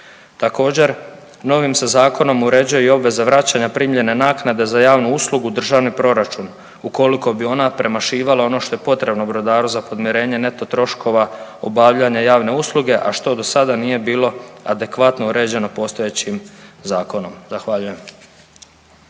Također, novim se zakonom uređuje i obveza vraćanja primljene naknade za javnu uslugu u državni proračun ukoliko bi ona premašivala ono što je potrebno brodaru za podmirenje neto troškova obavljanja javne usluge, a što do sada nije bilo adekvatno uređeno postojećim zakonom. Zahvaljujem.